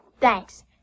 Thanks